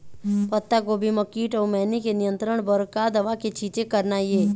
पत्तागोभी म कीट अऊ मैनी के नियंत्रण बर का दवा के छींचे करना ये?